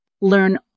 Learn